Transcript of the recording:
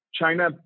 China